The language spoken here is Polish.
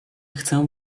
chcę